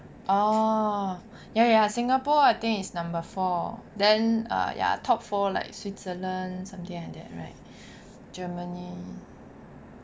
oh ya ya singapore I think is number four then err ya top four like switzerland something like that right germany